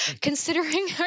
considering